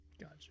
Gotcha